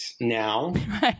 now